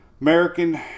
American